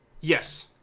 Yes